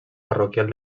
parroquial